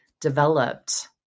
developed